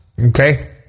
okay